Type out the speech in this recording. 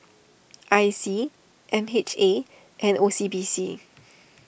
I C M H A and O C B C